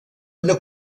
una